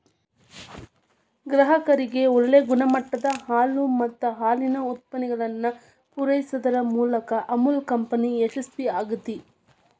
ಗ್ರಾಹಕರಿಗೆ ಒಳ್ಳೆ ಗುಣಮಟ್ಟದ ಹಾಲು ಮತ್ತ ಹಾಲಿನ ಉತ್ಪನ್ನಗಳನ್ನ ಪೂರೈಸುದರ ಮೂಲಕ ಅಮುಲ್ ಕಂಪನಿ ಯಶಸ್ವೇ ಆಗೇತಿ